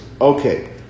Okay